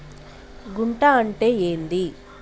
గుంట అంటే ఏంది?